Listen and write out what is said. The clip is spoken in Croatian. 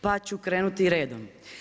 Pa ću krenuti redom.